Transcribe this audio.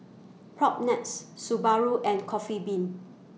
Propnex Subaru and Coffee Bean